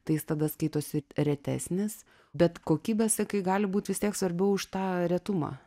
tai jis tada skaitosi retesnis bet kokybė sakai gali būt vis tiek svarbiau už tą retumą